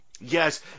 Yes